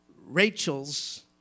Rachel's